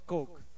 Coke